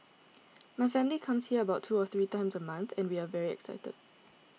my family comes here about two or three times a month and we are very excited